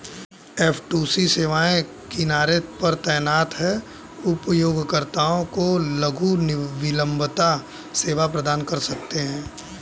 F two C सेवाएं किनारे पर तैनात हैं, उपयोगकर्ताओं को लघु विलंबता सेवा प्रदान कर सकते हैं